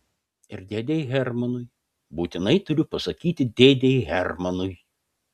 ir dėdei hermanui būtinai turiu pasakyti dėdei hermanui